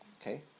Okay